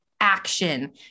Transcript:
action